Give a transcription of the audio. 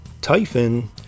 typhon